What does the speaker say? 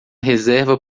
reserva